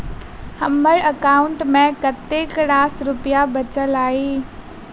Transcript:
हम्मर एकाउंट मे कतेक रास रुपया बाचल अई?